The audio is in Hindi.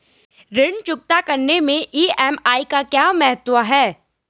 ऋण चुकता करने मैं ई.एम.आई का क्या महत्व है?